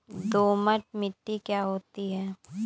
दोमट मिट्टी क्या होती हैं?